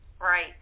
Right